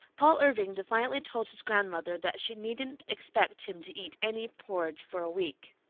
paul irving defiantly told his grandmother that she needn't expect him to eat any porridge for a week.